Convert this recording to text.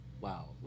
Wow